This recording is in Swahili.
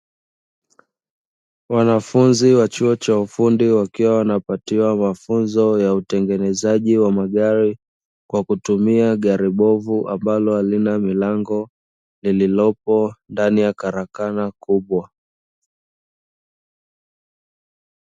Wanafunzi wa chuo cha ufundi wakiwa wanapatiwa mafunzo ya utengenezaji wa magari, kwa kutumia gari bovu ambalo halina milango lililopo ndani ya karakana kubwa.